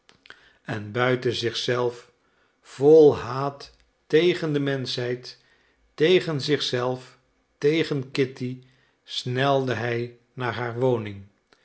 en buiten zich zelf vol haat tegen de menschheid tegen zich zelf tegen kitty snelde hij naar haar woning